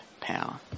power